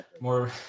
More